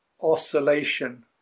oscillation